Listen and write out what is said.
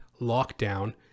lockdown